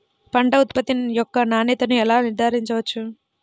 పంట ఉత్పత్తి యొక్క నాణ్యతను ఎలా నిర్ధారించవచ్చు?